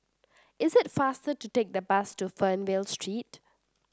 it's faster to take the bus to Fernvale Street